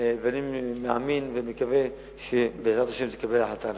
ואני מאמין ומקווה שבעזרת השם תתקבל ההחלטה הנכונה.